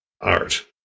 art